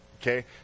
Okay